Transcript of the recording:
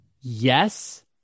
Yes